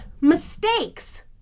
mistakes